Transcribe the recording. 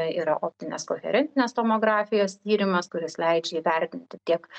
yra optinės koherentinės tomografijos tyrimas kuris leidžia įvertinti tiek